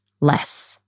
less